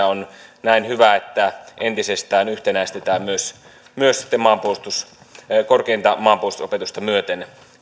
on hyvä että meidän tutkintojärjestelmässä akateemisia tutkintoja entisestään yhtenäistetään myös myös sitten korkeinta maanpuolustusopetusta myöten